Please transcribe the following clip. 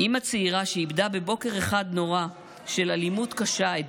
אימא צעירה שאיבדה בבוקר אחד נורא של אלימות קשה את